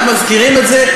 רק מזכירים את זה,